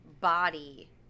body